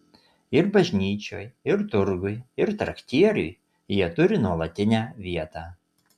ir bažnyčioj ir turguj ir traktieriuj jie turi nuolatinę vietą